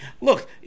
look